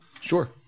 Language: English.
Sure